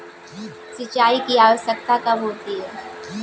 सिंचाई की आवश्यकता कब होती है?